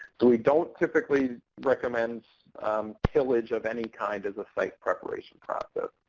so we don't typically recommends pillage of any kind as a site preparation process.